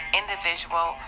individual